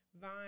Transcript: vine